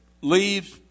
leaves